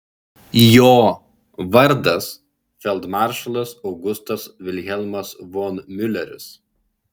jo vardas feldmaršalas augustas vilhelmas von miuleris